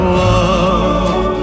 love